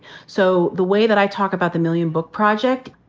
so the way that i talk about the million book project,